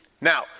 Now